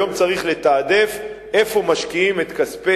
היום צריך לתעדף איפה משקיעים את כספי